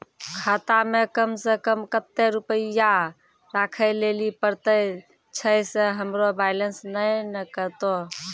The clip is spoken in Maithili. खाता मे कम सें कम कत्ते रुपैया राखै लेली परतै, छै सें हमरो बैलेंस नैन कतो?